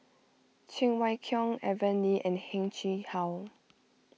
Cheng Wai Keung Aaron Lee and Heng Chee How